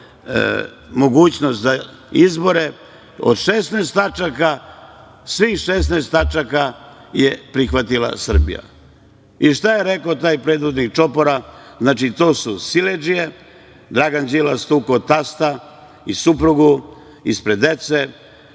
mogućnost za izbore, od 16 tačaka svih 16 tačaka je prihvatila Srbija. Šta je rekao taj predvodnik čopora? Znači, to su siledžije. Dragan Đilas je tukao tasta i suprugu ispred dece,